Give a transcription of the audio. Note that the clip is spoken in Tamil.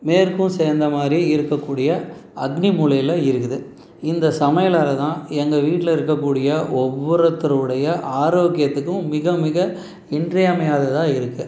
மேற்கும் சேர்ந்த மாதிரி இருக்கக்கூடிய அக்னி மூலையில் இருக்குது இந்த சமையலறை தான் எங்கள் வீட்டில் இருக்கக்கூடிய ஒவ்வொருத்தருடைய ஆரோக்கியத்துக்கும் மிக மிக இன்றியமையாததாக இருக்குது